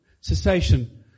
cessation